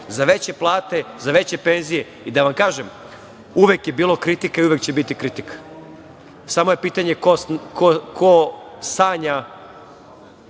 za veće plate, za veće penzije. Da vam kažem, uvek je bilo kritika i uvek će biti kritika, samo je pitanje ko sanja